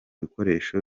bikoresho